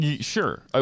sure